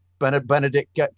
Benedict